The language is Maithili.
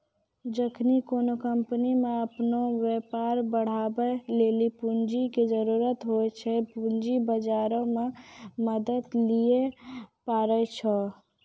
जखनि कोनो कंपनी के अपनो व्यापार बढ़ाबै लेली पूंजी के जरुरत होय छै, पूंजी बजारो से मदत लिये पाड़ै छै